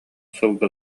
сылгы